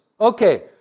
Okay